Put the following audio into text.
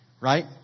Right